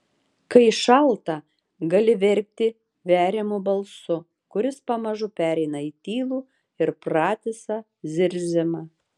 kai šalta gali verkti veriamu balsu kuris pamažu pereina į tylų ir pratisą zirzimą